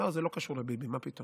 לא, זה לא קשור לביבי, מה פתאום?